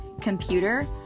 computer